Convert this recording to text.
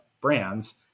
brands